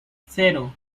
cero